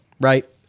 right